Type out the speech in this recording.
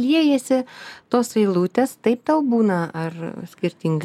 liejasi tos eilutes taip tau būna ar skirtingai